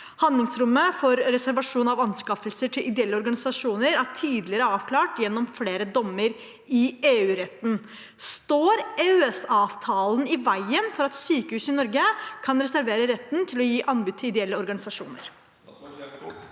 Handlingsrommet for reservasjon av anskaffelser til ideelle organisasjoner er tidligere avklart gjennom flere dommer i EU-retten. Står EØS-avtalen i veien for at sykehus i Norge kan reservere retten til å gi anbud til ideelle organisasjoner?»